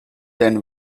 then